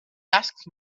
asked